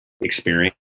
experience